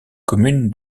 commune